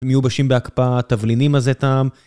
מיובשים בהקפאה, תבלינים עזי טעם.